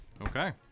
Okay